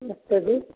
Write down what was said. मिर्ची भी